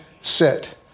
sit